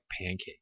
pancakes